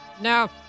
no